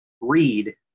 read